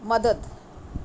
मदद